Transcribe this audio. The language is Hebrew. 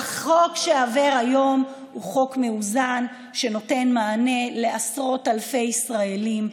החוק שעובר היום הוא חוק מאוזן שנותן מענה לעשרות אלפי ישראלים,